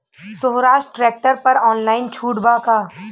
सोहराज tractor पर online छूट बा का?